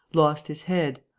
lost his head,